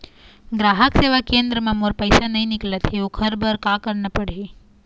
ग्राहक सेवा केंद्र म मोर पैसा नई निकलत हे, ओकर बर का करना पढ़हि?